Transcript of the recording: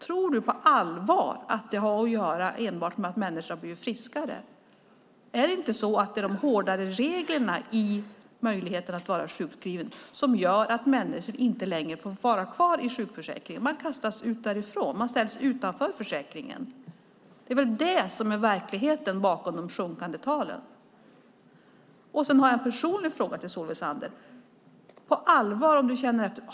Tror du på allvar att det enbart kommer sig av att människor har blivit friskare? Är det inte de hårdare reglerna för sjukskrivning som gör att människor inte längre får vara kvar i sjukförsäkringen? Man kastas ut och ställs utanför försäkringen. Det är väl verkligheten bakom de sjunkande talen. Jag har en personlig fråga till Solveig Zander.